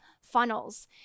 funnels